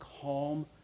calm